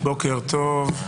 בוקר טוב.